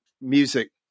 music